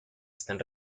están